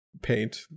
paint